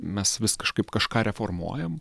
mes vis kažkaip kažką reformuojame